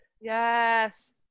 Yes